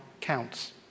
counts